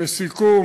לסיכום,